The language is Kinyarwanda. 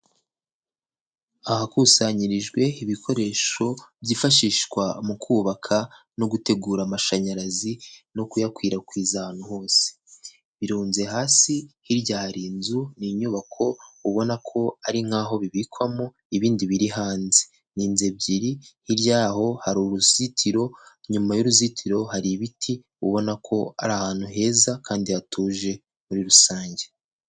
Ahakusanyirijwe ibikoresho byifashishwa mu kubaka no gutegura amashanyarazi, no kuyakwirakwiza ahantu hose, birunze hasi, hirya hari inzu, ni inyubako ubona ko ari nk'aho bibikwamo ibindi biri hanze, ni inzu ebyiri, hirya yaho hari uruzitiro, inyuma y'uruzitiro hari ibiti, ubona ko ari ahantu heza, kandi hatuje muri rusange.